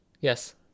Yes